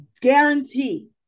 guarantee